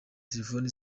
telefone